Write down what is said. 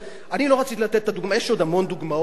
אני לא רציתי את הדוגמה, יש עוד המון דוגמאות